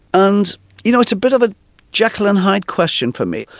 and you know it's a bit of a jekyll and hyde question for me.